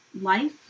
life